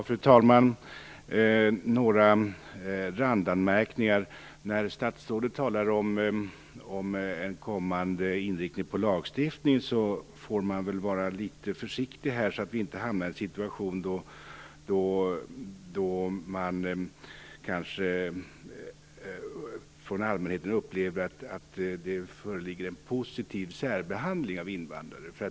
Fru talman! Jag vill göra några randanmärkningar. När statsrådet talar om en kommande inriktning på lagstiftningen menar jag att man väl får vara litet försiktig så att vi inte hamnar i en situation där allmänheten kanske upplever att det föreligger en positiv särbehandling av invandrare.